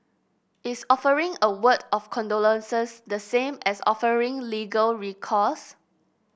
is offering a word of condolence the same as offering legal recourse